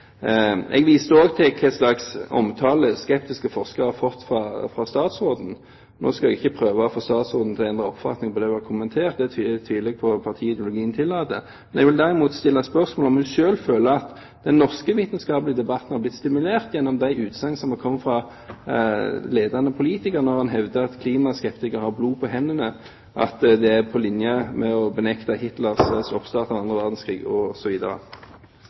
Jeg viste også til hva slags omtale skeptiske forskere har fått av statsråden. Nå skal jeg ikke prøve å få statsråden til å endre oppfatning om det hun har kommentert – det tviler jeg på at partiideologien tillater. Jeg vil derimot stille spørsmålet om hun selv føler at den norske vitenskapelige debatten har blitt stimulert gjennom de utsagn som er kommet fra ledende politikere, når man hevder at klimaskeptikerne har blod på hendene – at det er på linje med å benekte Hitlers oppstart av annen verdenskrig,